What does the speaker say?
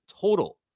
total